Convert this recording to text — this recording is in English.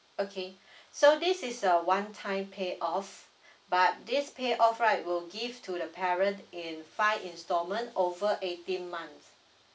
okay so this is a one time payoff but this payoff right will give to the parent in five installment over eighteen months